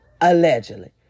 allegedly